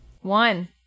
One